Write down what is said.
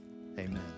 Amen